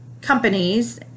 companies